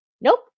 nope